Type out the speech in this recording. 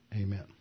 Amen